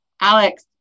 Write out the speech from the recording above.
Alex